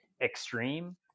extreme